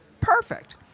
Perfect